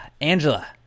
Angela